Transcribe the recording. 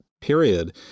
period